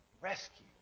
rescue